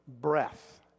breath